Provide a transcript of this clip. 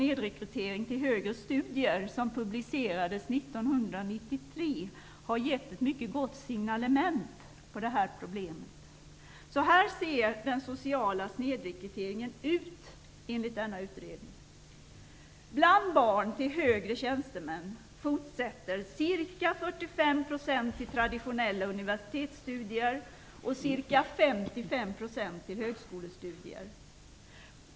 1993, har gett ett mycket gott signalement på detta problem. Den sociala snedrekryteringen ser enligt denna utredning ut på följande sätt: till traditionella universitetsstudier och ca 55 % till högskolestudier.